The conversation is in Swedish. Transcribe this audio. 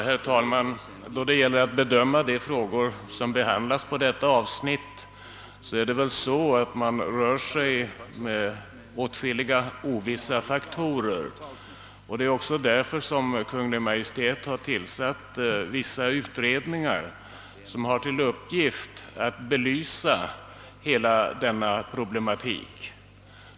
Herr talman! De frågor som behandlas i detta avsnitt påverkas av åtskilliga ovissa faktorer, och det är därför som Kungl. Maj:t har tillsatt vissa utredningar som har till uppgift att belysa hela denna problematik.